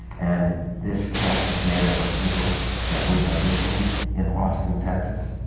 and this cast is made up of people that we auditioned in austin, texas,